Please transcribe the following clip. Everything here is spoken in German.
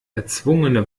erzwungene